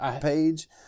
page